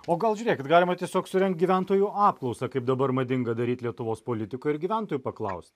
o gal žiūrėk galima tiesiog surengt gyventojų apklausą kaip dabar madinga daryti lietuvos politikoj ir gyventojų paklaust